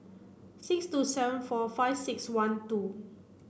six two seven four five six one two